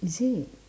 is it